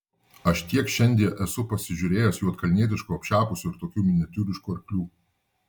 aš tiek šiandie esu pasižiūrėjęs juodkalnietiškų apšepusių ir tokių miniatiūriškų arklių